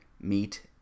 meat